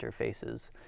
interfaces